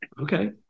Okay